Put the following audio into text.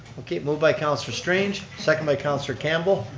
okay moved by counselor strange. second by counselor campbell.